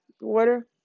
water